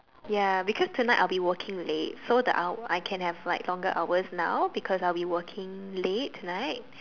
ya because tonight I'll be working late so the hour I can have like longer hours now because I'll be working late tonight